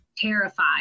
Terrified